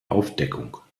aufdeckung